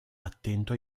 attento